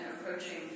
approaching